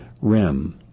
REM